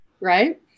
Right